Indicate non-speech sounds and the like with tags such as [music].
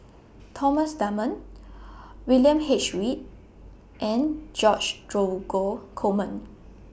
Thomas Dunman [noise] William H Read and George Dromgold Coleman